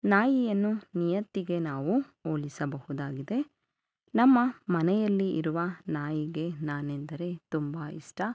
ನಾಯಿಯನ್ನು ನಿಯತ್ತಿಗೆ ನಾವು ಹೋಲಿಸಬಹುದಾಗಿದೆ ನಮ್ಮ ಮನೆಯಲ್ಲಿ ಇರುವ ನಾಯಿಗೆ ನಾನೆಂದರೆ ತುಂಬ ಇಷ್ಟ